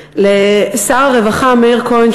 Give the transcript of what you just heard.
לשר הרווחה מאיר כהן,